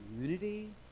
unity